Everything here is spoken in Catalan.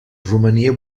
romania